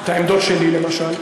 את העמדות שלי, למשל.